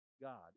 God